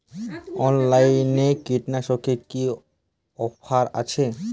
অনলাইনে কীটনাশকে কি অফার আছে?